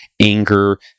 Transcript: anger